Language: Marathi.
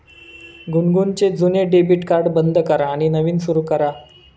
गुनगुनचे जुने डेबिट कार्ड बंद करा आणि नवीन सुरू करा